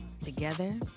Together